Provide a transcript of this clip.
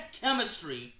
chemistry